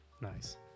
Nice